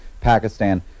Pakistan